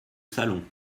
salon